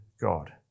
God